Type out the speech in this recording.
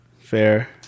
Fair